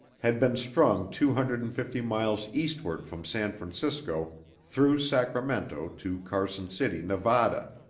had been strung two hundred and fifty miles eastward from san francisco through sacramento to carson city, nevada.